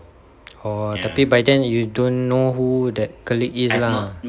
oh tapi by then you don't know who that colleague is lah